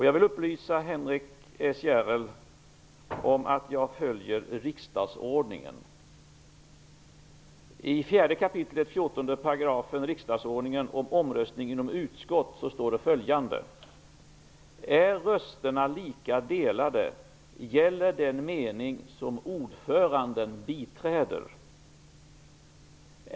Jag vill upplysa Henrik S Järrel om att jag följer riksdagsordningen. I 4 kap. 14 § i riksdagsordningen om omröstningen inom utskott står det följande: Är rösterna lika delade gäller den mening som ordföranden biträder.